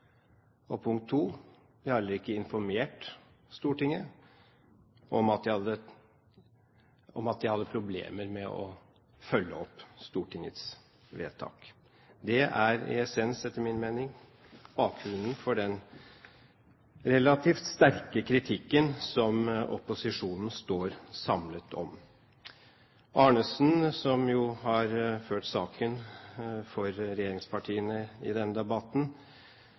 og: Den har heller ikke informert Stortinget om at den hadde problemer med å følge opp Stortingets vedtak. Det er etter min mening essensen i og bakgrunnen for den relativt sterke kritikken som opposisjonen står samlet om. Bendiks Arnesen, som har ført saken for regjeringspartiene i denne debatten,